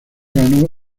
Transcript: ganó